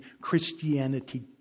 Christianity